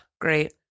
great